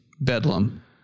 Bedlam